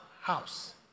house